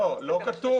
לא, לא כתוב.